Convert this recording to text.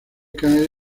cae